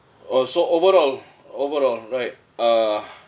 oh so overall overall right uh